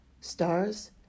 stars